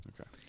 Okay